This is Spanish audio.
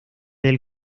del